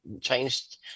changed